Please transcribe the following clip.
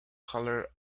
color